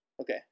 Okay